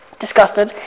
disgusted